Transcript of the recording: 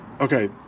Okay